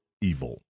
evil